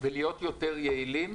ולהיות יותר יעילים.